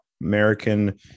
American